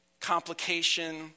complication